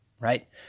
right